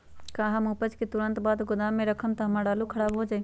का हम उपज के तुरंत बाद गोदाम में रखम त हमार आलू खराब हो जाइ?